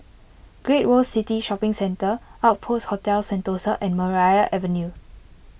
Great World City Shopping Centre Outpost Hotel Sentosa and Maria Avenue